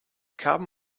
carbon